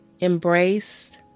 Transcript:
embraced